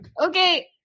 okay